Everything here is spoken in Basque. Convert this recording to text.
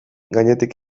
gainetik